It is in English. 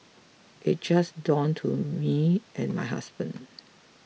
it just dawned to me and my husband